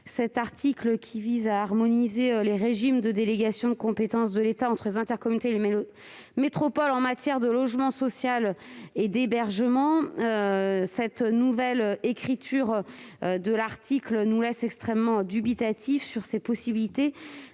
Cet article vise à harmoniser les régimes de délégation de compétences de l'État aux intercommunalités et métropoles en matière de logement social et d'hébergement. Cette nouvelle rédaction contenue dans le PJL nous laisse extrêmement dubitatifs sur ses possibilités,